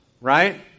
Right